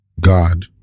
God